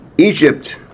Egypt